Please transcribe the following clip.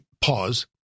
pause